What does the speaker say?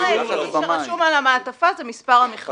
הדבר היחיד שרשום על המעטפה זה מספר המכרז.